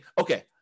okay